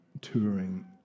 touring